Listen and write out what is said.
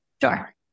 Sure